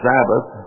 Sabbath